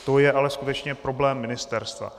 To je ale skutečně problém ministerstva.